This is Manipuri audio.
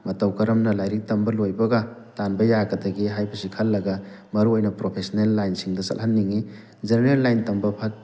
ꯃꯇꯧ ꯀꯔꯝꯅ ꯂꯥꯏꯔꯤꯛ ꯇꯝꯕ ꯂꯣꯏꯕꯒ ꯇꯥꯟꯕ ꯌꯥꯒꯗꯒꯦ ꯍꯥꯏꯕꯁꯤ ꯈꯜꯂꯒ ꯃꯔꯨ ꯑꯣꯏꯅ ꯄ꯭ꯔꯣꯐꯦꯁꯅꯦꯜ ꯂꯥꯏꯟꯁꯤꯡꯗ ꯆꯠꯍꯟꯅꯤꯡꯉꯤ ꯖꯦꯅꯔꯦꯜ ꯂꯥꯏꯟ ꯇꯝꯕ ꯐꯠ